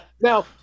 now